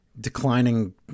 declining